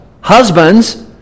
husbands